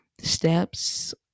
steps